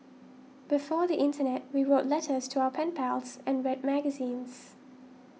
before the internet we wrote letters to our pen pals and read magazines